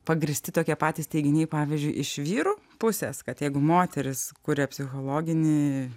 pagrįsti tokie patys teiginiai pavyzdžiui iš vyrų pusės kad jeigu moteris kuria psichologinį